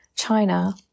China